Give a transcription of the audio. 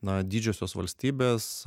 na didžiosios valstybės